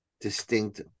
distinct